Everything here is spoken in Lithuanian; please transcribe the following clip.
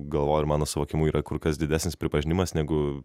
galvoj mano suvokimu yra kur kas didesnis pripažinimas negu